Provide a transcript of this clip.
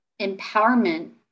empowerment